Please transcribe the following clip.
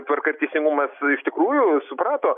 tvarka ir teisingumas iš tikrųjų suprato